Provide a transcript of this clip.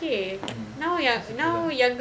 mm it's okay lah